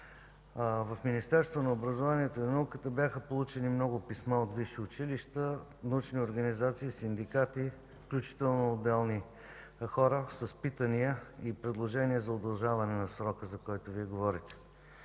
В Министерството на образованието и науката бяха получени много писма от висши училища, научни организации, синдикати, включително и от отделни хора с питания и предложения за удължаване на срока, за който Вие говорите.